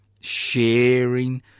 Sharing